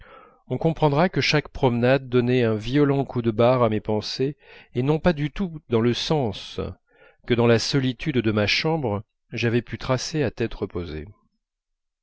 on comprendra que chaque promenade donnait un violent coup de barre à mes pensées et non pas du tout dans le sens que dans la solitude de ma chambre j'avais pu tracer à tête reposée